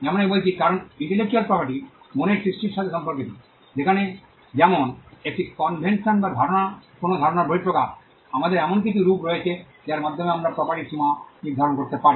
যেমনটি আমি বলেছি কারণ ইন্টেলেকচুয়াল প্রপার্টি মনের সৃষ্টির সাথে সম্পর্কিত যেমন একটি ইনভেনশন বা ধারণা বা কোনও ধারণার বহিঃপ্রকাশ আমাদের এমন কিছু রূপ রয়েছে যার মাধ্যমে আমরা প্রপার্টির সীমা নির্ধারণ করতে পারি